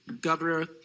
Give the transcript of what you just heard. governor